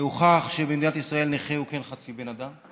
הוכח שבמדינת ישראל נכה הוא כן חצי בן אדם,